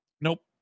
Nope